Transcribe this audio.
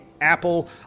Apple